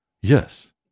Yes